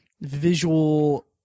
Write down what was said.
visual